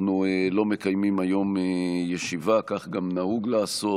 אנחנו לא מקיימים היום ישיבה, כך גם נהוג לעשות,